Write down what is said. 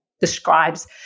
describes